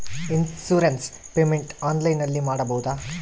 Insurance payment ಆನ್ಲೈನಿನಲ್ಲಿ ಮಾಡಬಹುದಾ?